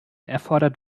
erfordert